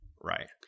Right